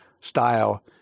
style